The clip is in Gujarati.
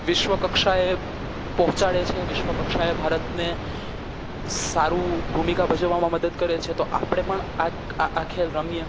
વિશ્વકક્ષાએ પહોંચાડે છે વિશ્વકક્ષાએ ભારતને સારું ભૂમિકા ભજવવા મદદ કરે છે તો આપણે પણ આ આ ખેલ રમીએ